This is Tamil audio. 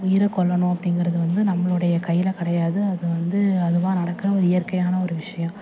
உயிரை கொல்லணும் அப்டிங்கிறது வந்து நம்மளுடைய கையில் கிடையாது அது வந்து அதுவாக நடக்கிற ஒரு இயற்கையான ஒரு விஷயம்